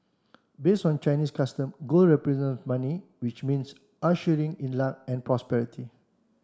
based on Chinese customs gold represents money which means ushering in luck and prosperity